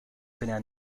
connaît